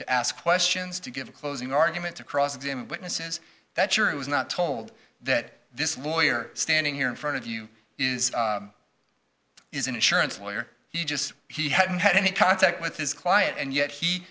to ask questions to give a closing argument to cross examine witnesses that jury was not told that this lawyer standing here in front of you is is an insurance lawyer he just he hadn't had any contact with his client and yet he